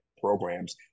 programs